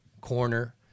corner